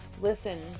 Listen